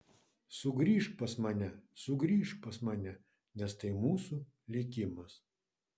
sugrįžk pas mane sugrįžk pas mane nes tai mūsų likimas